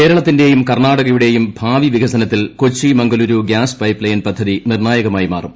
കേരളത്തിന്റെയും കർണ്ണാടകയുടെയും ഭാവി വികസനത്തിൽ Kochi Mangaluru gas pipeline പദ്ധതി നിർണായകമായി മാറും